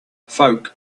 folk